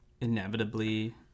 inevitably